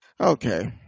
Okay